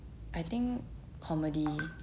I think comedy